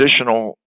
additional